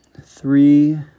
three